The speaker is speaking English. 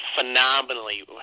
phenomenally